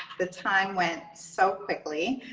the time went so quickly.